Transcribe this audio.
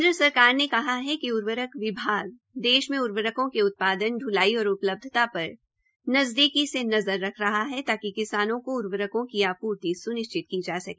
केन्द्र सरकार ने कहा है कि उर्वरक विभाग देश में उर्वरकों के उत्पादन ढ्लाई और उपलब्धता पर नजदीकी से नज़र रख रहा है ताकि किसानों को उर्वरकों की आपूर्ति स्निश्चित की जा सके